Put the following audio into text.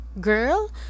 girl